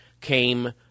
came